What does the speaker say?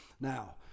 Now